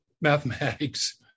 mathematics